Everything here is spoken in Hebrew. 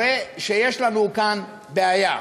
הרי יש לנו כאן בעיה.